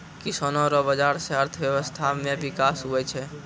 किसानो रो बाजार से अर्थव्यबस्था मे बिकास हुवै छै